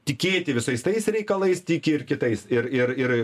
tikėti visais tais reikalais tiki ir kitais ir ir ir